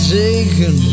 taken